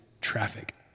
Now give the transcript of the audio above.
traffic